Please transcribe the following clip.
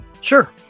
sure